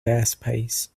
airspace